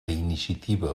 iniciativa